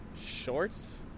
shorts